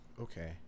Okay